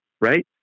right